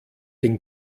den